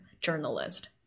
journalist